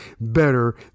Better